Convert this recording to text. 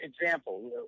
example